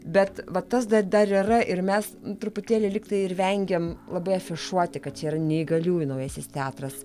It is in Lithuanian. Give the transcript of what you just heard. bet va tas dar dar yra ir mes truputėlį lygtai ir vengiam labai afišuoti kad čia ir neįgaliųjų naujasis teatras